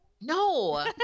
No